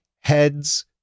heads